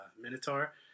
minotaur